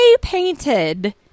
painted